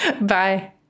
Bye